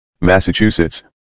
Massachusetts